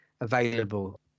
available